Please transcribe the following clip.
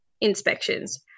inspections